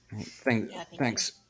Thanks